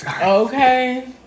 okay